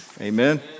Amen